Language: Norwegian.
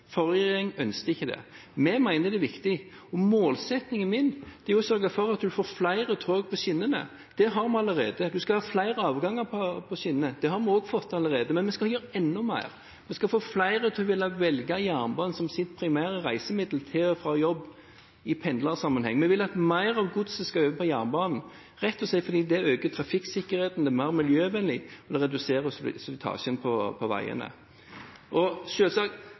Forrige regjering ønsket ikke det. Vi mener det er viktig. Og målsettingen min er å sørge for at man får flere tog på skinnene. Det har vi allerede. Man skal ha flere avganger på skinnene. Det har vi også fått allerede. Men vi skal gjøre enda mer. Vi skal få flere til å ville velge jernbane som sitt primære reisemiddel til og fra jobb i pendlersammenheng. Vi vil at mer av godset skal over på jernbanen, rett og slett fordi det øker trafikksikkerheten, det er mer miljøvennlig, og det reduserer slitasjen på veiene.